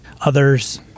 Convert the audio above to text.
others